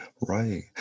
right